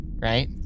Right